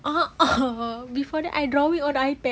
uh uh before that I draw it on the ipad